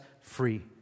free